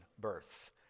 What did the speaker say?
birth